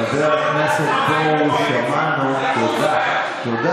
הכנסת פרוש, שמענו, תודה.